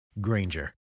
Granger